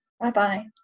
Bye-bye